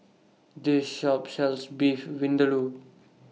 This Shop sells Beef Vindaloo